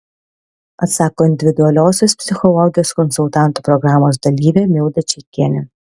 atsako individualiosios psichologijos konsultantų programos dalyvė milda čeikienė